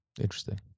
Interesting